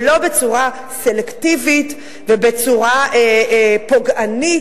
ולא בצורה סלקטיבית ובצורה פוגענית,